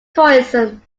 tourism